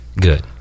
good